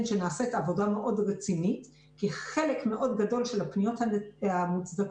שנעשית עבודה מאוד רצינית כי חלק מאוד גדול מהפניות המוצדקות,